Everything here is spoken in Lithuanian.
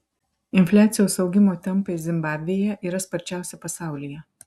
infliacijos augimo tempai zimbabvėje yra sparčiausi pasaulyje